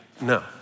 No